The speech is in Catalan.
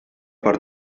per